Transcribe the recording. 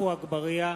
עפו אגבאריה,